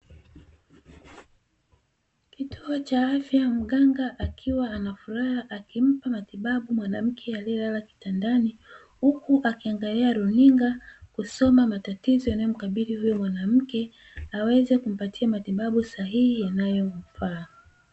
Kituo cha afya mganga akiwa ana furaha akimpa matibabu mwanamke aliyelala kitandani, huku akiangalia runinga kusoma matatizo yanayomkabili huyo mwanamke, aweze kumpatia matibabu sahihi yanayomfaa.